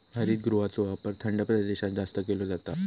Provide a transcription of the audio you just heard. हरितगृहाचो वापर थंड प्रदेशात जास्त केलो जाता